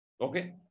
Okay